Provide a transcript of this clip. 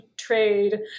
trade